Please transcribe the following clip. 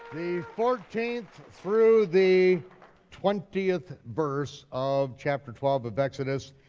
the fourteenth through the twentieth verse of chapter twelve of exodus,